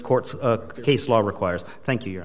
court case law requires thank you